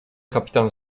kapitan